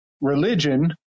religion